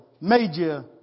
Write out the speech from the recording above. major